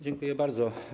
Dziękuję bardzo.